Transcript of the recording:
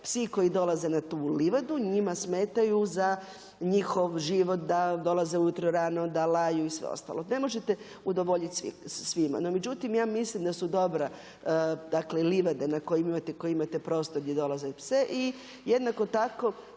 psi koji dolaze na tu livadu njima smetaju za njihov život da dolaze ujutro rano, da laju i sve ostalo. Ne možete udovoljiti svima. No međutim ja mislim da su dobre dakle livade na kojima imate prostor gdje dolaze psi i jednako tako